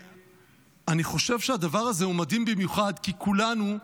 אני חושב שהדבר הזה הוא מדהים במיוחד כי כולנו,